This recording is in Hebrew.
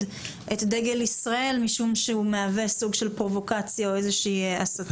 את דגל ישראל משום שהוא מהווה סוג של פרובוקציה או איזו שהיא הסתה.